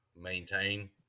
maintain